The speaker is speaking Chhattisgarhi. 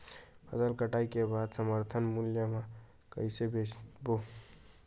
फसल कटाई के बाद समर्थन मूल्य मा कइसे बेचबो?